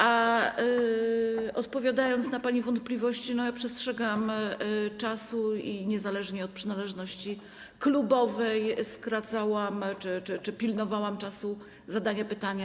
A odpowiadając na pani wątpliwości: ja przestrzegam czasu i niezależnie od przynależności klubowej skracałam czy pilnowałam czasu zadania pytania.